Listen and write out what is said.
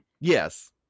Yes